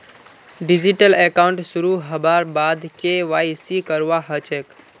digital account शुरू हबार बाद के.वाई.सी करवा ह छेक